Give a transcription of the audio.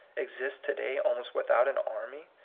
exists to-day almost without an army,